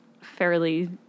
fairly